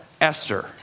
Esther